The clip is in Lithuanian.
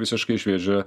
visiškai švieži